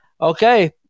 Okay